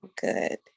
good